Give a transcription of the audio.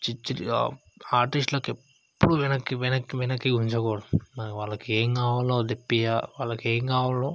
ఛీ ఛీ ఆర్టిస్ట్లకి ఎప్పుడూ వెనక్కి వెనక్కి వెనక్కి గుంజకూడదు మనం వాళ్ళకి ఏం కావాలో అది తెప్పియా వాళ్ళకి ఏం కావాలో